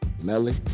Melly